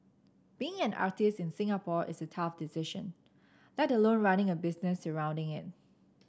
being an artist in Singapore is a tough decision let alone running a business surrounding it